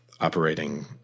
operating